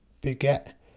beget